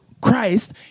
christ